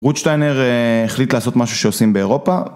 רוטשטיינר החליט לעשות משהו שעושים באירופה